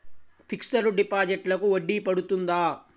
Fixed డిపాజిట్లకు వడ్డీ పడుతుందా?